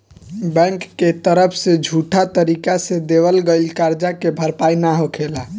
bank के तरफ से झूठा तरीका से देवल गईल करजा के भरपाई ना होखेला